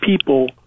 people